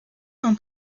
von